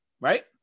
Right